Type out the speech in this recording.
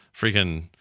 freaking